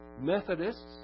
Methodists